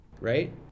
right